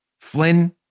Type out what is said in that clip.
Flynn